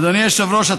אדוני היושב-ראש,